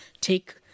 take